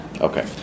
Okay